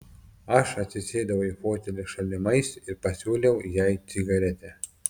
aš atsisėdau į fotelį šalimais ir pasiūliau jai cigaretę